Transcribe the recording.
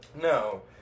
no